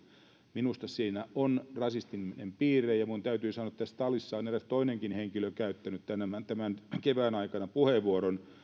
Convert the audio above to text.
minusta siinä on rasistinen piirre ja minun täytyy sanoa että tässä salissa on eräs toinenkin henkilö käyttänyt tämän tämän kevään aikana puheenvuoron